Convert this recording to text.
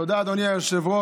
תודה, אדוני היושב-ראש,